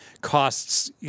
costs